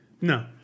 No